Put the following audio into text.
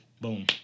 Boom